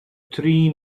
three